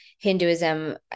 Hinduism